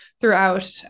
throughout